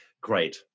great